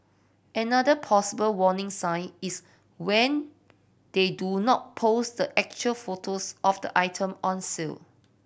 another possible warning sign is when they do not post the actual photos of the item on sale